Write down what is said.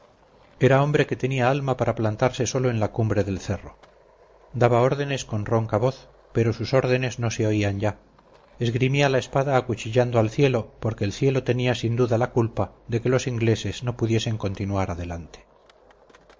era hombre que tenía alma para plantarse solo en la cumbre del cerro daba órdenes con ronca voz pero sus órdenes no se oían ya esgrimía la espada acuchillando al cielo porque el cielo tenía sin duda la culpa de que los ingleses no pudiesen continuar adelante